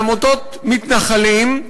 לעמותות מתנחלים,